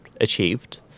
achieved